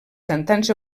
cantants